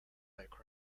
back